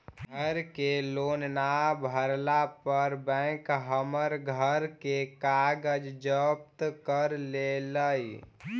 घर के लोन न भरला पर बैंक हमर घर के कागज जब्त कर लेलई